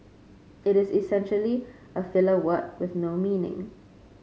it is essentially a filler word with no meaning